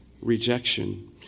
Rejection